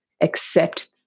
accept